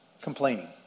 complaining